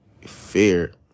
Fear